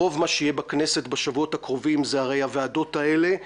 רוב מה שיהיה בכנסת בשבועות הקרובים זה הרי הוועדות האלה.